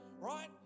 right